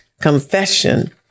confession